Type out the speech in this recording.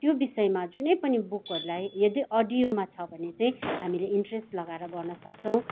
त्यो विषयमा जुनै पनि बुकहरूलाई यदि अडियोमा छ भने चाहिँ हामीले इन्ट्रेस लगाएर गर्न सक्छौँ